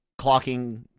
clocking